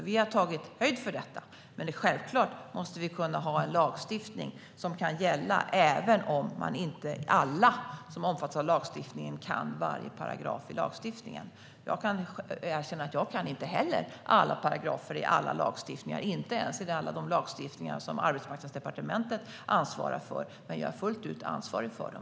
Vi har tagit höjd för detta, men självklart måste vi kunna ha en lagstiftning som kan gälla även om inte alla som omfattas av den kan varje paragraf i lagstiftningen. Jag kan erkänna att jag själv inte heller kan alla paragrafer i alla lagstiftningar, inte ens i alla de lagstiftningar som Arbetsmarknadsdepartementet ansvarar för, men jag är ändå fullt ut ansvarig för dem.